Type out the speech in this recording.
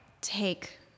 take